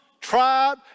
tribe